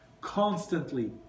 constantly